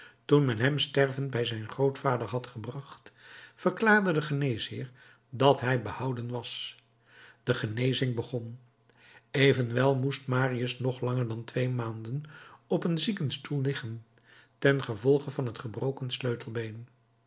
toen men hem stervend bij zijn grootvader had gebracht verklaarde de geneesheer dat hij behouden was de genezing begon evenwel moest marius nog langer dan twee maanden op een ziekenstoel liggen ten gevolge van het gebroken sleutelbeen